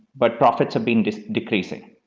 but profits have been decreasing.